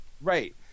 Right